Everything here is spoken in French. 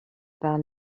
par